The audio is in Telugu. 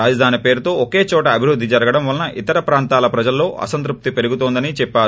రాజధాని పేరుతో ఒకేచోట అభివృద్ది జరగటం వలన ఇతర ప్రాంతాల ప్రజల్లో అసంతృప్తి పెరుగుతోందని చెప్పారు